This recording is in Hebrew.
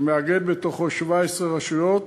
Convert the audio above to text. שמאגד בתוכו 17 רשויות,